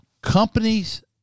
Companies